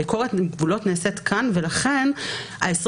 ביקורת הגבולות נעשית כאן ולכן 24